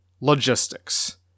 Logistics